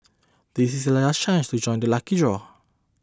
this is your last chance to join the lucky draw